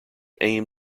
aim